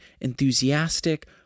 enthusiastic